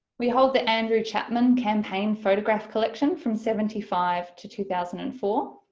we hold the andrew chapman campaign photograph collection from seventy five to two thousand and four,